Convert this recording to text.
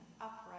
upright